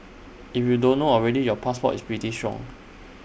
if you don't know already your passport is pretty strong